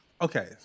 Okay